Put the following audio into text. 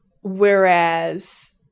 whereas